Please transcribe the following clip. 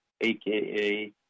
AKA